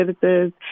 services